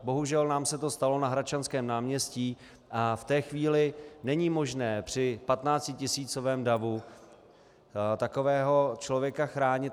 Bohužel nám se to stalo na Hradčanském náměstí a v té chvíli není možné při patnáctitisícovém davu takového člověka chránit.